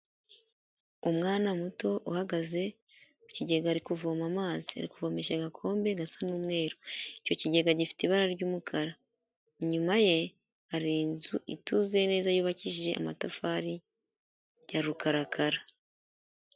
Umwana muto uhagaze mu kigega ari kuvoma amazi, Ari kuvomesha agakombe gasa n'umweru, icyo kigega gifite ibara ry'umukara, inyuma ye hari inzu ituzuye neza yubakishije amatafari ya rukarakara.